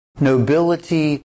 nobility